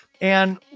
And-